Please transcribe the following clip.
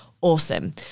Awesome